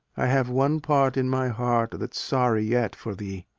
i have one part in my heart that's sorry yet for thee.